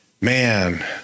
man